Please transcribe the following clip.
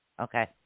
Okay